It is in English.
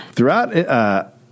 Throughout